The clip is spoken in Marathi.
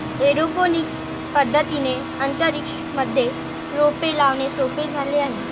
एरोपोनिक्स पद्धतीने अंतरिक्ष मध्ये रोपे लावणे सोपे झाले आहे